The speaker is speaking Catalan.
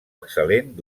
excel·lent